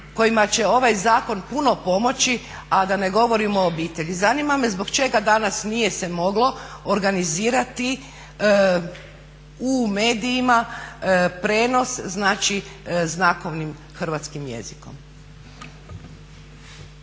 kojima će ovaj zakon puno pomoći a da ne govorimo o obitelji. Zanima me zbog čega danas nije se moglo organizirati u medijima prijenos znači znakovnim hrvatskim jezikom.